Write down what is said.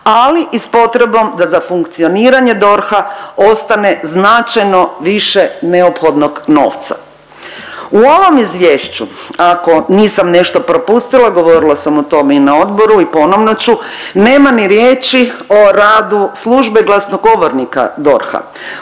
ali i s potrebom da za funkcioniranje DORH-a ostane značajno više neophodnog novca. U ovom Izvješću ako nisam nešto propustila govorila sam o tome i na odboru i ponovno ću nema ni riječi o radu Službe glasnogovornika DORH-a.